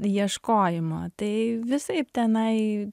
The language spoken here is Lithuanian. ieškojimo tai visaip tenai